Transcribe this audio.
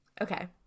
Okay